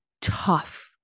tough